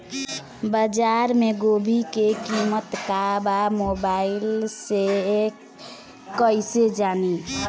बाजार में गोभी के कीमत का बा मोबाइल से कइसे जानी?